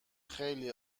خیلی